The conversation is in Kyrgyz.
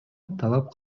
талап